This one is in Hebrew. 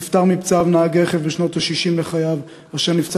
נפטר מפצעיו נהג רכב בשנות ה-60 לחייו אשר נפצע